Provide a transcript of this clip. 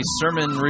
sermon